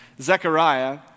Zechariah